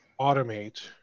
automate